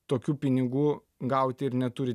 tokių pinigų gauti ir neturi